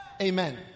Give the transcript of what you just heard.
amen